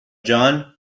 john